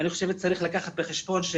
צריך לקחת בחשבון,